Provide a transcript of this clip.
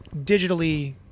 digitally